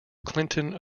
clinton